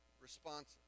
responsive